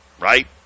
right